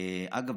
אגב,